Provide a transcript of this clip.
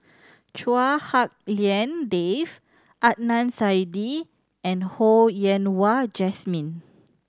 Chua Hak Lien Dave Adnan Saidi and Ho Yen Wah Jesmine